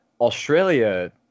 Australia